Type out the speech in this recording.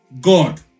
God